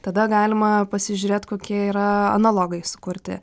tada galima pasižiūrėt kokie yra analogai sukurti